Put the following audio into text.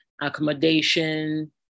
accommodation